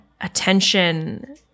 attention